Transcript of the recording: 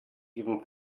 even